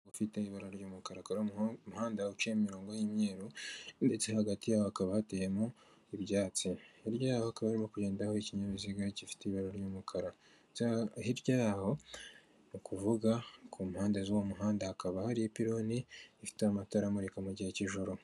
Ufite ibara ry'umukara kuri uwo mu muhanda uciye imirongo y'immyeru ndetse hagati yaho hakaba hateyemo ibyatsi hirya yaho akaba barimo kugendaraho ikinkinyabiziga gifite ibara ry'umukara hirya yaho nukuvuga ku mpande z'uwo muhanda hakaba hari ipironi ifite amatara amurika mu gihe k'ijoro.